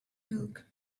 milk